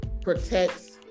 protects